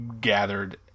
gathered